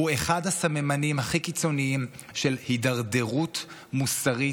הוא אחד הסממנים הכי קיצוניים של הידרדרות מוסרית,